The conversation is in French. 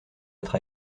être